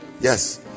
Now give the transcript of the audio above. Yes